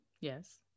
yes